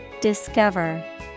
Discover